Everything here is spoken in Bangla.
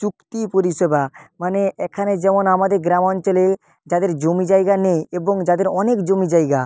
চুক্তি পরিষেবা মানে এখানে যেমন আমাদের গ্রাম অঞ্চলে যাদের জমি জায়গা নেই এবং যাদের অনেক জমি জায়গা